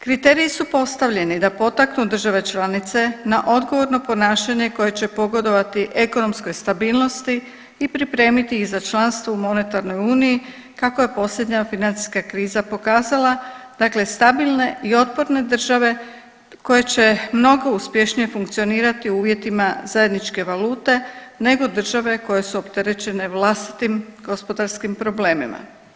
Kriteriji su postavljeni da potaknu države članice na odgovorno ponašanje koje će pogodovati ekonomskoj stabilnosti i pripremiti ih za članstvo u monetarnoj uniji kako je posljednja financijska kriza pokazala, dakle stabilne i otporne države koje će mnogo uspješnije funkcionirati u uvjetima zajedničke valute nego države koje su opterećene vlastitim gospodarskim problemima.